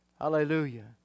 Hallelujah